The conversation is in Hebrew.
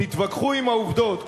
תתווכחו עם העובדות.